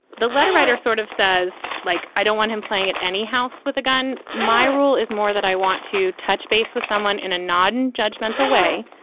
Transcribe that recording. the letter writer sort of says like, i don't want him playing at any house with a gun. my rule is more that i want to touch base with someone in a nonjudgmental way.